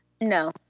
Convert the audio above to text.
no